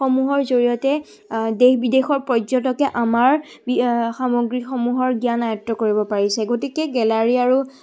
সমূহৰ জৰিয়তে দেশ বিদেশৰ পৰ্যটকে আমাৰ সামগ্ৰীসমূহৰ জ্ঞান আয়ত্ব কৰিব পাৰিছে গতিকে গেলাৰী আৰু